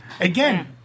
Again